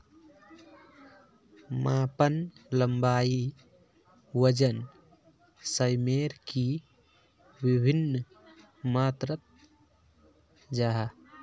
मापन लंबाई वजन सयमेर की वि भिन्न मात्र जाहा?